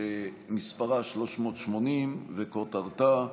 שמספרה 380, וכותרתה: